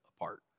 apart